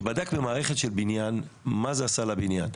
העיקר שתהיה בדיקה מה זה עושה לבניין,